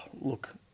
look